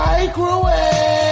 Microwave